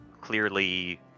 clearly